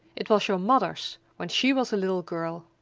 it was your mother's when she was a little girl.